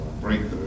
Breakthrough